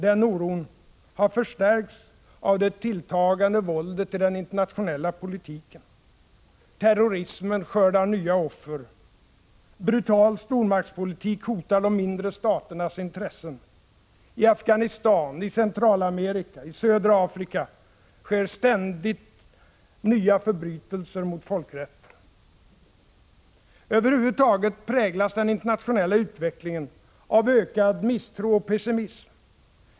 Den oron har förstärkts av det tilltagande våldet i den internationella politiken. Terrorismen skördar nya offer. Brutal stormaktspolitik hotar de mindre staternas intressen. I Afghanistan, i Centralamerika, i södra Afrika sker ständiga förbrytelser mot folkrätten. Över huvud taget präglas den internationella utvecklingen av ökad misstro och pessimism.